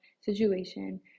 situation